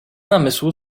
namysłu